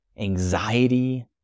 anxiety